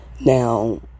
Now